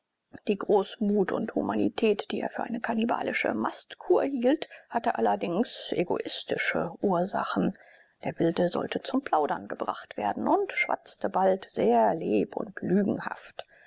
die großmut und humanität die er für eine kannibalische mastkur hielt hatte allerdings egoistische ursachen der wilde sollte zum plaudern gebracht werden und schwatzte bald sehr leb und lügenhaft